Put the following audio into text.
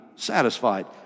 satisfied